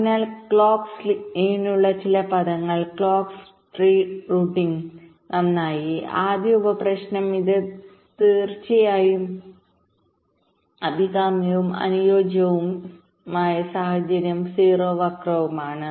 അതിനാൽ ക്ലോക്ക് സ്കീവിനുള്ള ചില പദങ്ങൾ ക്ലോക്ക് ട്രീ റൂട്ടിംഗ്നന്നായി ആദ്യ ഉപ പ്രശ്നം ഇത് തീർച്ചയായും അഭികാമ്യവും അനുയോജ്യമായ സാഹചര്യം 0 വക്രവുമാണ്